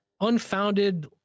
unfounded